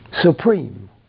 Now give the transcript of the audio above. Supreme